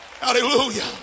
Hallelujah